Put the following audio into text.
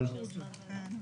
הסמכות אצל הוועדה.